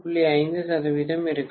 5 சதவிகிதம் இருக்கலாம்